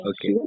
okay